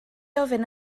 ofyn